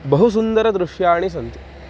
बहु सुन्दरदृश्यानि सन्ति